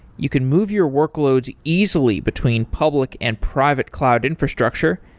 you can move your workloads easily between public and private cloud infrastructure,